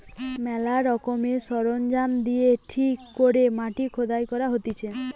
ম্যালা রকমের সরঞ্জাম দিয়ে ঠিক করে মাটি খুদাই করা হতিছে